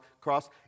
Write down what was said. cross